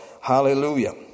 hallelujah